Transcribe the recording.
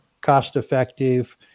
cost-effective